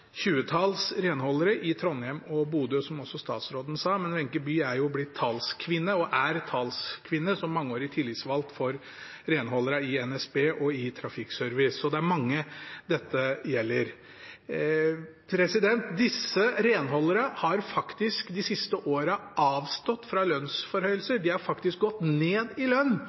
tjuetalls renholdere i Trondheim og Bodø, som også statsråden sa. Wenche Bye er talskvinne som mangeårig tillitsvalgt for renholderne i NSB og i NSB Trafikkservice. Det er mange dette gjelder. Disse renholderne har faktisk de siste årene avstått fra lønnsforhøyelser, de har faktisk gått ned i lønn